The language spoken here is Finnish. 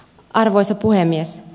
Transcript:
arvoisa puhemies